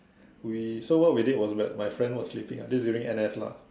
we so what we did was bad my friend was sleeping this is during N_S lah